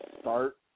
start